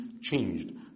changed